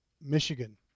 Michigan